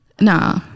Nah